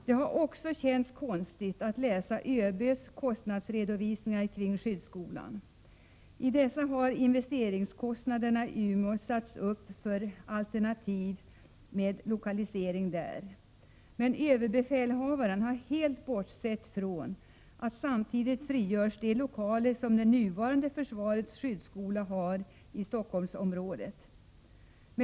Det har också känts konstigt att läsa överbefälhavarens kostnadsredovis ningar kring skyddsskolan. I dessa har investeringskostnaderna beräknats med tanke på alternativet att skyddsskolan lokaliseras till Umeå. Men ÖB har helt bortsett från att samtidigt frigörs de lokaler som den nuvarande försvarets skyddskola har i Stockholmsområdet.